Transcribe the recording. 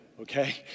okay